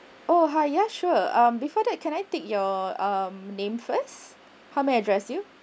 oh hi ya sure um before that can I take your um name first how may I address you